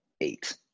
eight